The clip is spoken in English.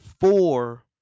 four